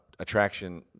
attraction